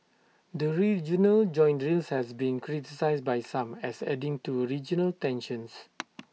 the joint drills has been criticised by some as adding to A regional tensions